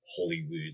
Hollywood